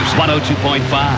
102.5